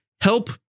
help